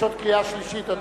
יש עוד קריאה שלישית.